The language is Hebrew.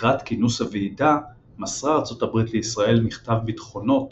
לקראת כינוס הוועידה מסרה ארצות הברית לישראל מכתב ביטחונות